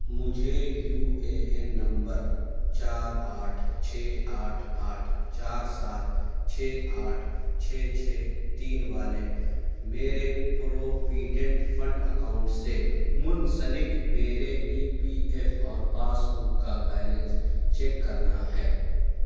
مجھے U A N نمبر چار آٹھ چھ آٹھ آٹھ چار سات چھ آٹھ چھ چھ تین والے میرے پروویڈنٹ فنڈ اکاؤنٹ سے منسلک میرے ای پی ایف اور پاس بک کا بیلنس چیک کرنا ہے